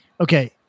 Okay